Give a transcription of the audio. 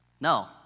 No